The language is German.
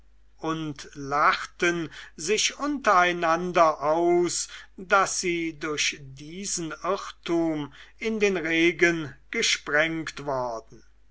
und lachten sich untereinander aus daß sie durch diesen irrtum in den regen gesprengt worden